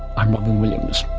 um robyn williams